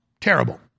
terrible